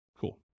Cool